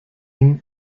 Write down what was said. ihn